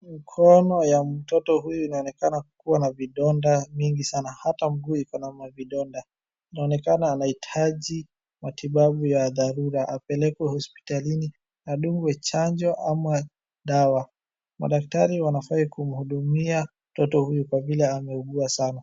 Mkono ya mtoto huyu inaonekana kuwa na vidonda mingi sana hata mguu iko na mavidonda, inaonekana anahitaji matibabu ya dharura apelekwe hosiptalini adungwe chanjo ama dawa. Madaktari wanafaa kumhudumia mtoto huyu kwa vile ameugua sana